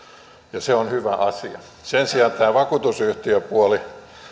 ja se on hyvä asia sen sijaan tästä vakuutusyhtiöpuolesta